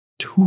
two